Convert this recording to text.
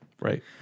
right